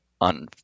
on